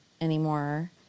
anymore